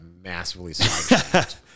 massively